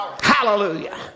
Hallelujah